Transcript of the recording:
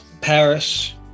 Paris